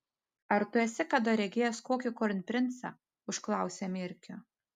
ar tu esi kada regėjęs kokį kronprincą užklausė mierkio